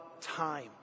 time